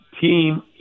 team